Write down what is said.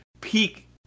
peak